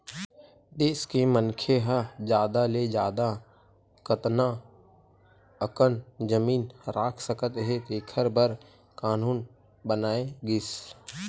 देस के मनखे ह जादा ले जादा कतना अकन जमीन राख सकत हे तेखर बर कान्हून बनाए गिस